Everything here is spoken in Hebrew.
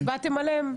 והצעתם עליהם?